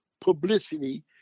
publicity